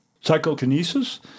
Psychokinesis